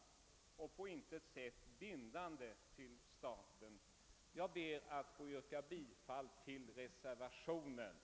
Det bör på intet sätt verka bindande i förhållande till staten. Jag ber att få yrka bifall till reservationen 2.